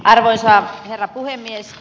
arvoisa herra puhemies